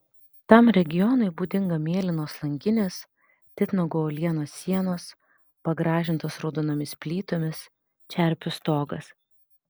tam regionui būdinga mėlynos langinės titnago uolienos sienos pagražintos raudonomis plytomis čerpių stogas